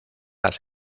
las